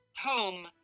home